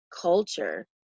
culture